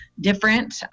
different